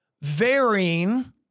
varying